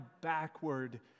backward